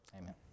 Amen